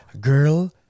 Girl